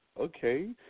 Okay